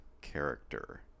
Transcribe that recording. character